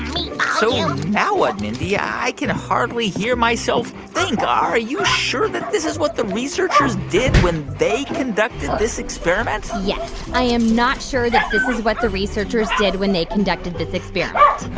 so now what, mindy? i can hardly hear myself think. are you sure that this is what the researchers did when they conducted this experiment? yes, i am not sure that this is what the researchers did when they conducted this experiment